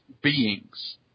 beings